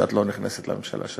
שאת לא נכנסת לממשלה של